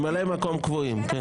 ממלאי מקום קבועים.